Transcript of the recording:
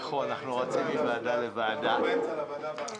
אנחנו נצטרך לעבור באמצע לוועדה הבאה.